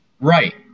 Right